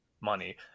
money